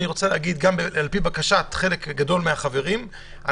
על פי בקשת חלק גדול מהחברים,